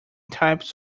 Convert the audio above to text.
types